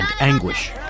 anguish